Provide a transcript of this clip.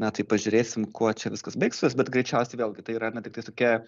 na tai pažiūrėsim kuo čia viskas baigsis bet greičiausiai vėlgi tai yra na tiktais tokia